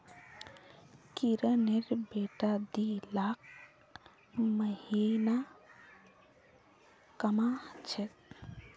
किरनेर बेटा दी लाख महीना कमा छेक